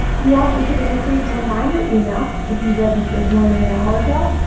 you also should have received a reminder email if you registered more than an hour ago.